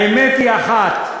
האמת היא אחת: